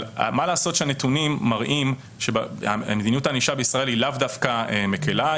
מה לעשות שהנתונים מראים שמדיניות הענישה בישראל היא לאו דווקא מקלה,